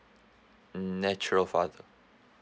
mm natural father